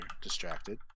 distracted